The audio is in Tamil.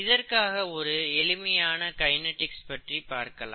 இதற்காக ஒரு எளிமையான கைநெடிக்ஸ் பற்றி பார்க்கலாம்